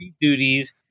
duties